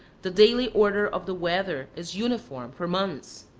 the daily order of the weather is uniform for months.